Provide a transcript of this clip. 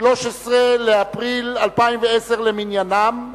13 באפריל 2010 למניינם,